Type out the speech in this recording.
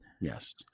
Yes